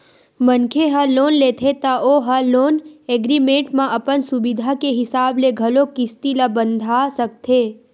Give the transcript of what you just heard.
मनखे ह लोन लेथे त ओ ह लोन एग्रीमेंट म अपन सुबिधा के हिसाब ले घलोक किस्ती ल बंधा सकथे